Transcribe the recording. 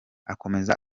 akomeza